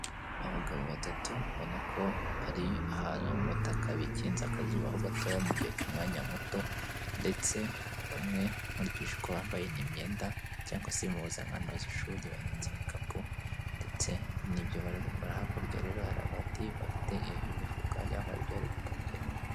Abagabo batatu ubona ko bari ahantu mu umutaka ubona ko bikinze akazuba aho gatoya mu gihe cy'umwanya muto, ndetse bamwe nkurikije uko bambaye ni myenda cyangwa se impuzankanza z'ishuri bahetse ibikapu, ndetse n'ibyo bari gukora, hakurya rero hari abandi bafite imifuka wagira ngo hari ibyo bari gupakira.